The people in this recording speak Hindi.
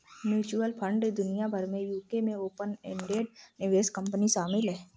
म्यूचुअल फंड दुनिया भर में यूके में ओपन एंडेड निवेश कंपनी शामिल हैं